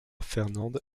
fernande